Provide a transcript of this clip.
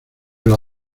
los